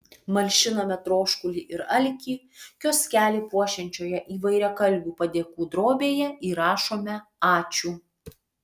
malšiname troškulį ir alkį kioskelį puošiančioje įvairiakalbių padėkų drobėje įrašome ačiū